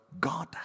God